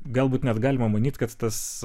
galbūt net galima manyti kad tas